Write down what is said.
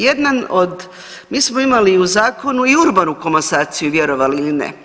Jedan od, mi smo imali u zakonu i urbanu komasaciju vjerovali ili ne.